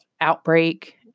outbreak